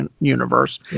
universe